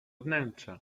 wnętrza